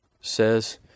says